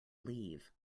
leave